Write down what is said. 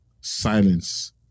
silence